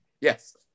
Yes